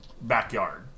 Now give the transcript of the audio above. backyard